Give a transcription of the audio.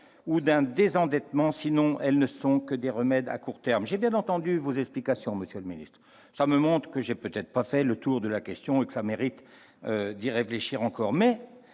ou d'un désendettement, sinon elles ne sont que des remèdes à court terme. J'ai bien entendu vos explications, monsieur le ministre. Elles me montrent que je n'ai peut-être pas fait le tour de la question et que celle-ci mérite d'y réfléchir encore.